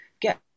get